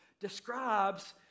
describes